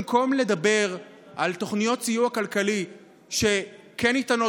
במקום לדבר על תוכניות סיוע כלכלי שכן ניתנות